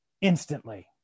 instantly